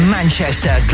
Manchester